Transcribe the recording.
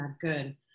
good